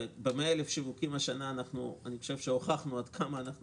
וב-100,000 שיווקים השנה אני חושב שהוכחנו עד כמה אנחנו